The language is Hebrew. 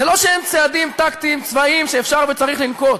זה לא שאין צעדים טקטיים צבאיים שאפשר וצריך לנקוט.